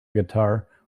guitar